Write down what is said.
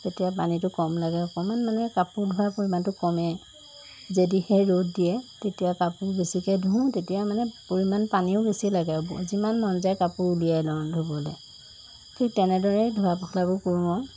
তেতিয়া পানীটো কম লাগে অকণমান মানে কাপোৰ ধোৱাৰ পৰিমাণটো কমে যদিহে ৰ'দ দিয়ে তেতিয়া কাপোৰ বেছিকৈ ধোওঁ তেতিয়া মানে পৰিমাণ পানীও বেছি লাগে যিমান মন যায় কাপোৰ উলিয়াই লওঁ ধুবলৈ ঠিক তেনেদৰে ধোৱা পখলাবোৰ কৰোঁ আৰু